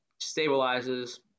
stabilizes